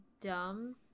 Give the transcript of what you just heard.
dumb